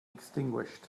extinguished